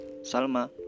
Salma